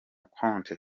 conte